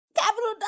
Capital